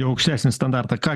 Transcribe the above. į aukštesnį standartą ką